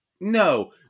no